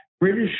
British